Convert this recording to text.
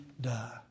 die